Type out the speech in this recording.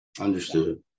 Understood